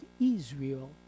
Israel